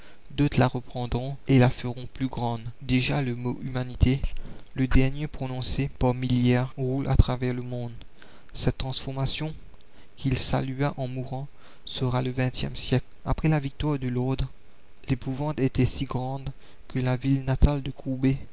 d'autres la reprendront et la feront plus grande déjà le mot humanité le dernier prononcé par millières roule à travers le monde cette transformation qu'il salua en mourant sera le vingtième siècle après la victoire de l'ordre l'épouvante était si grande que la ville natale de